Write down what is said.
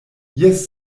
jes